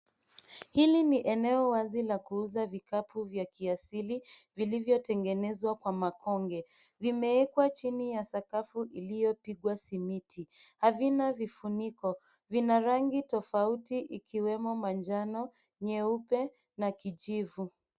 Hili ni eneo wazi la kuuza vikapu vya kiasili vilivyotengenezwa kwa makonge. Vimewekwa chini ya sakafu iliyopigwa simiti. Havina vifuniko, vina rangi tofauti ikiwemo manjano, nyeupe na kijivu.